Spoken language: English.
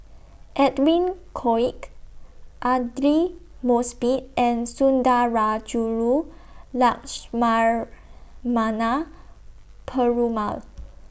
Edwin Koek Aidli Mosbit and Sundarajulu Perumal